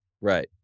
right